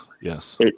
yes